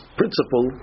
principle